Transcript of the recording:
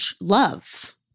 love